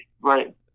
right